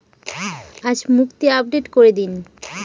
আজ মুক্তি আপডেট করে দিন